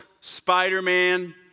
Spider-Man